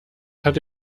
hatte